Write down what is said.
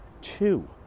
two